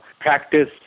practice